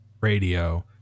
radio